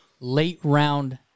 late-round